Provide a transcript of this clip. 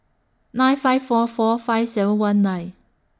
nine five four four five seven one nine